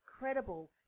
incredible